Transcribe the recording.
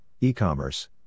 e-commerce